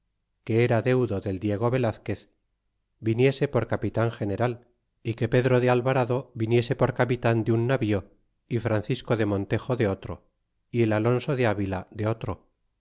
que era deudo del diego velazquez viniese por capitan general é que pedro de alvarado viniese por capitan de un navío y francisco de montejo de otro y alonso de avila de otro